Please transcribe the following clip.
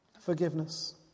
forgiveness